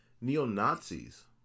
neo-Nazis